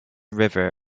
river